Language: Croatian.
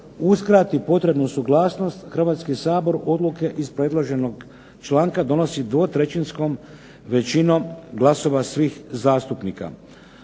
uskrati potrebnu suglasnost Hrvatski sabor odluke iz predloženog članka donosi dvotrećinskom većinom glasova svih zastupnika.